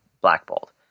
blackballed